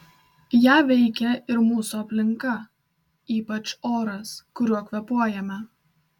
ją veikia ir mūsų aplinka ypač oras kuriuo kvėpuojame